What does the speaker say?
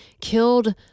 killed